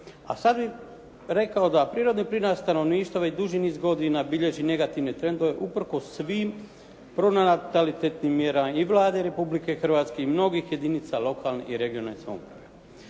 A sada bih rekao da prirodni prirast stanovništva već duži niz godina bilježi negativne trendove uprkos svim pronatalitetnim mjerama i Vlade Republike Hrvatske i mnogih jedinica lokalne i regionalne samouprave.